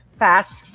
fast